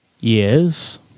Yes